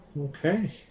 okay